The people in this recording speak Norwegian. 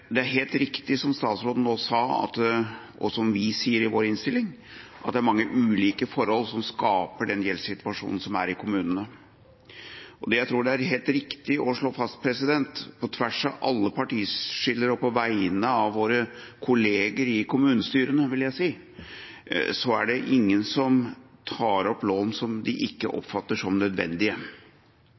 er mange ulike forhold som skaper den gjeldssituasjonen som er i kommunene. Det jeg tror er helt riktig å slå fast, på tvers av alle partiskiller og på vegne av våre kolleger i kommunestyrene, er at ingen tar opp lån som de ikke oppfatter er nødvendige.